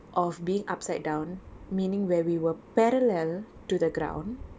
of being upside down meaning where we were parallel to the ground